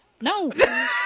No